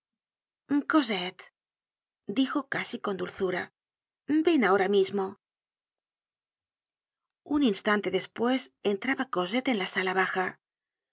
dijo casi con dulzura ven ahora mismo un instante despues entraba cosette en la sala baja